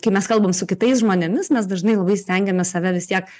kai mes kalbam su kitais žmonėmis mes dažnai labai stengiamės save vis tiek